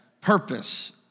purpose